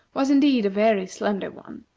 was indeed a very slender one,